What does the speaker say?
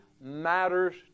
matters